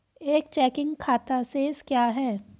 एक चेकिंग खाता शेष क्या है?